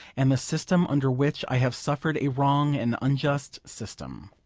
and the system under which i have suffered a wrong and unjust system.